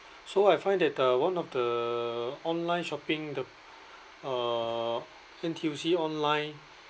so I find that uh one of the online shopping the uh N_T_U_C online